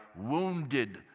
wounded